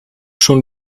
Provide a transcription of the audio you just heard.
schon